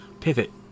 pivot